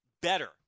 better